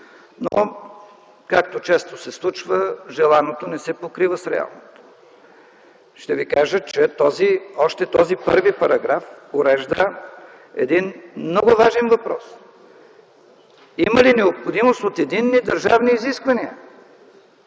Но, както често се случва, желаното не се покрива с реалното. Ще ви кажа, че още този първи параграф урежда много важен въпрос – има ли необходимост от единни държавни изисквания.